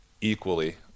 equally